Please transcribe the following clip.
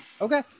Okay